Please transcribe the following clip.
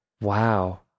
Wow